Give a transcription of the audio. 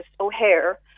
O'Hare